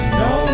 no